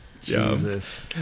Jesus